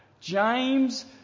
James